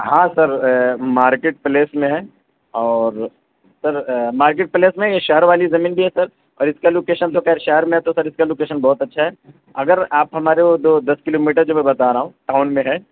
ہاں sir market place میں ہے اور سر مارکیٹ پلیس میں یہ شہر والی زمین بھی ہے سر اور اس کا لوکیشن تو خیر شہر میں ہے تو سر اس کا لوکیسشن بہت اَچّھا ہے اگر آپ ہمارے وہ جو دس کلو میٹر جو میں بتا رہا ہوں ٹاؤن میں ہے